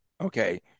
Okay